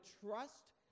trust